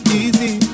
easy